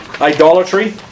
idolatry